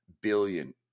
billion